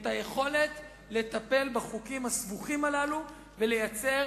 את היכולת לטפל בחוקים הסבוכים הללו ולייצר